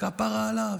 כפרה עליו.